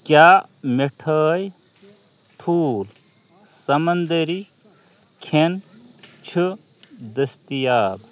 کیٛاہ مِٹھٲے ٹھوٗل سَمنٛدٔری کھٮ۪ن چھِ دٔستیاب